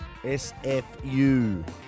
SFU